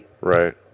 right